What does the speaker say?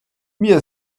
mir